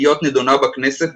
להיות נדונה בכנסת,